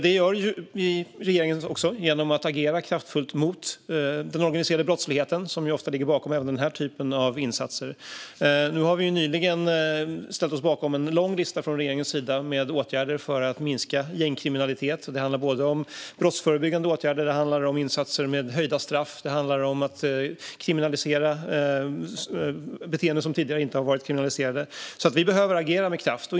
Det gör regeringen också genom att agera kraftfullt mot den organiserade brottsligheten, som ju ofta ligger bakom även den här typen av insatser. Vi har nyligen ställt oss bakom en lång lista från regeringens sida med åtgärder för att minska gängkriminalitet. Det handlar om brottsförebyggande åtgärder, om insatser med höjda straff och om att kriminalisera beteenden som tidigare inte har varit kriminaliserade. Vi behöver agera med kraft.